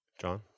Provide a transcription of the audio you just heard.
John